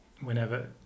whenever